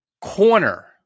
Corner